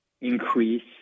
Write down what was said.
increase